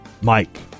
Mike